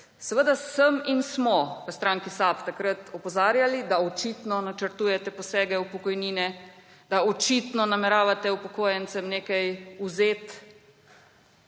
Seveda sem in smo takrat v stranki SAB opozarjali, da očitno načrtujete posege v pokojnine, da očitno nameravate upokojencem nekaj vzeti.